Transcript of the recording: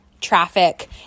traffic